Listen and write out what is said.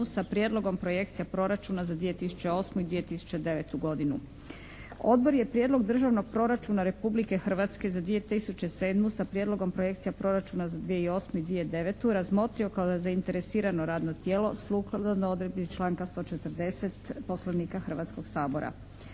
sa prijedlogom projekcija proračuna za 2008. i 2009. godinu. Odbor je Prijedlog Državnog proračuna Republike Hrvatske za 2007. sa prijedlogom projekcija proračuna za 2008. i 2009. razmotrio kao zainteresirano radno tijelo sukladno odredbi članka 140. Poslovnika Hrvatskoga sabora.